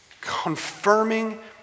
confirming